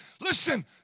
Listen